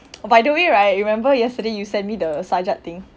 by the way right remember yesterday you sent me the sajak thing